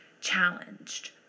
challenged